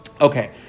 Okay